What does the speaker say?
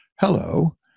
hello